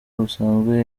busanzwe